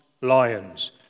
lions